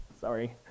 sorry